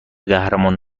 قهرمان